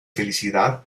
felicidad